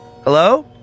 Hello